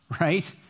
right